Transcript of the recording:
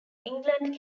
england